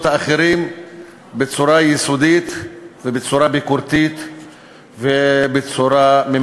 האחרים בצורה יסודית ובצורה ביקורתית וממצה.